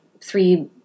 three